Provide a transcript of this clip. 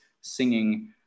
singing